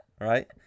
right